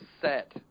set